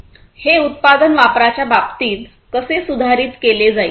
हे उत्पादन वापराच्या बाबतीत कसे सुधारित केले जाईल